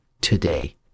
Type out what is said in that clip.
today